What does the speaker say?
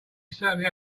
certainly